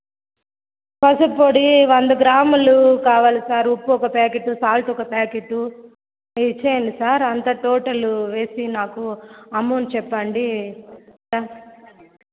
పసుపు పొడి వంద గ్రాములు కావాలి సారు ఉప్పు ఒక ప్యాకెట్టు సాల్ట్ ఒక ప్యాకెట్టు అవి ఇచ్చేయండి సార్ అంతా టోటల్ వేసి నాకు అమౌంట్ చెప్పండి ఎంత